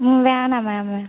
ம்ம் வேண்டாம் மேம் வேண்டாம்